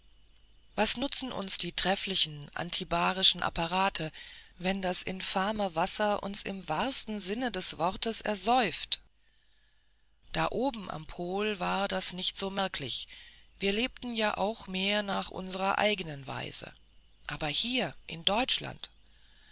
was nutzen uns die trefflichen antibarischen apparate wenn das infame wasser uns im wahren sinne des wortes ersäuft da oben am pol war das nicht so merklich wir lebten ja auch mehr nach unsrer eignen weise aber hier in deutschland